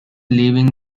leaving